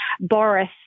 Boris